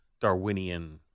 darwinian